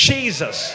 Jesus